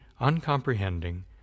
uncomprehending